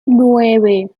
nueve